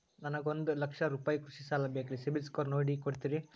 ನನಗೊಂದ ಲಕ್ಷ ರೂಪಾಯಿ ಕೃಷಿ ಸಾಲ ಬೇಕ್ರಿ ಸಿಬಿಲ್ ಸ್ಕೋರ್ ನೋಡಿ ಕೊಡ್ತೇರಿ?